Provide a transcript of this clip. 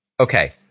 okay